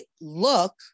look